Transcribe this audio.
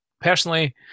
Personally